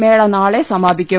മേള നാളെ സമാപിക്കും